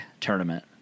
tournament